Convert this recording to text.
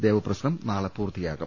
ദേവപ്രശ്നം നാളെ പൂർത്തിയാകും